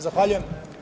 Zahvaljujem.